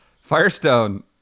Firestone